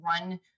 one